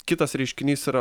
kitas reiškinys yra